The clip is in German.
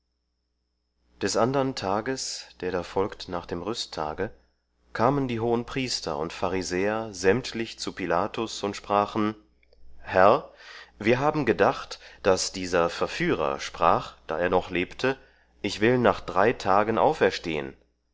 des andern tages der da folgt nach dem rüsttage kamen die hohenpriester und pharisäer sämtlich zu pilatus und sprachen herr wir haben gedacht daß dieser verführer sprach da er noch lebte ich will nach drei tagen auferstehen